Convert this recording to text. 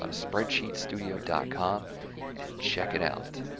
ah spreadsheetstudio dot com and check it out.